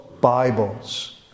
Bibles